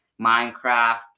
Minecraft